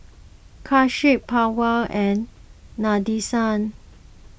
Akshay Pawan and Nadesan